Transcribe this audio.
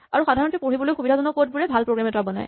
আৰু সাধাৰণতে পঢ়িবলৈ সুবিধাজনক কড বোৰে ভাল প্ৰগ্ৰেম এটা বনায়